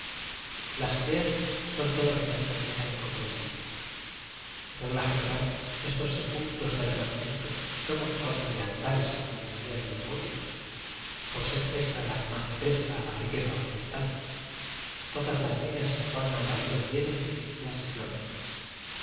ideas son todas de una extrañeza in comprensible por regla general estos se pulcros del renacimiento toman forma de altares como la mayoría de los góticos por ser ésta la que más se presta a la riqueza rnamental todas las líneas encuadran a tableros llenos de figuras y flores